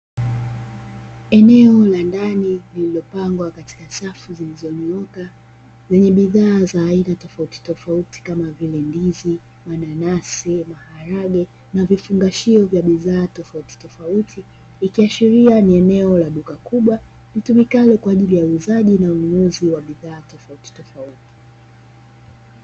Eneo la ndani lililopangwa katika safu zilizonyoka, zenye bidhaa za aina tofautitofauti kama vile: ndizi, mananasi, maharage na vifungashio vya bidhaa tofautitofauti. Ikiashiria ni eneo la duka kubwa litumikalo kwa ajili ya uuzaji na ununuzi wa bidhaa tofautitofauti.